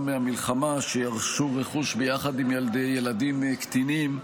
מהמלחמה שירשו רכוש ביחד עם ילדיהם הקטינים,